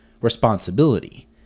responsibility